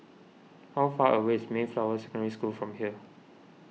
how far away is Mayflower Secondary School from here